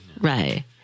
Right